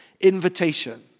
Invitation